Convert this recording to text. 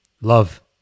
love